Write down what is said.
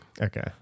Okay